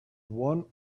one